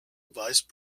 vice